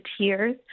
tears